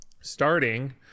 starting